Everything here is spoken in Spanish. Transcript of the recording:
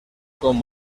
con